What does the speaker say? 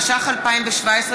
התשע"ח 2017,